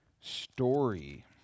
story